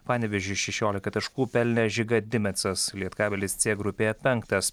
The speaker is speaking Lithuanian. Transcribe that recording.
panevėžiui šešiolika taškų pelnė žiga dimecas lietkabelis c grupėje penktas